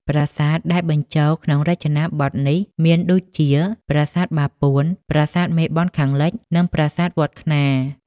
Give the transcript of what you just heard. ប្រាសាទដែលបញ្ចូលក្នុងរចនាបថនោះ មានដូចជា ប្រាសាទបាពួន ប្រាសាទមេបុណ្យខាងលិច និងប្រាសាទវត្ដខ្នារ ។